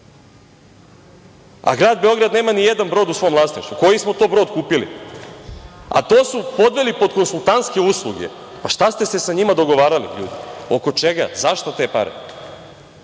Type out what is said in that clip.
a grad Beograd nema ni jedan brod u svom vlasništvu? Koji smo to brod kupili? To su podveli pod konsultantske usluge. Šta ste se sa njima dogovarali ljudi? Oko čega? Zašto te pare? Afera